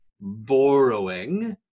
borrowing